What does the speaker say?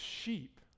sheep